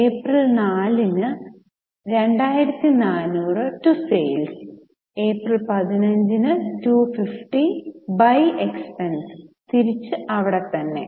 April 4 ന് 2400 to sales April 15 ന് 250 by expenses തിരിച്ചു അവിടെത്തന്നെ